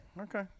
Okay